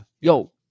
Yo